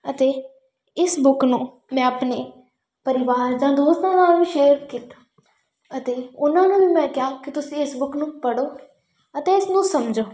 ਅਤੇ ਇਸ ਬੁੱਕ ਨੂੰ ਮੈਂ ਆਪਣੇ ਪਰਿਵਾਰ ਜਾਂ ਦੋਸਤਾਂ ਨਾਲ ਵੀ ਸ਼ੇਅਰ ਕੀਤਾ ਅਤੇ ਉਹਨਾਂ ਨੂੰ ਵੀ ਮੈਂ ਕਿਹਾ ਕਿ ਤੁਸੀਂ ਇਸ ਬੁੱਕ ਨੂੰ ਪੜ੍ਹੋ ਅਤੇ ਇਸ ਨੂੰ ਸਮਝੋ